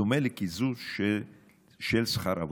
בדומה לקיזוז של שכר עבודה.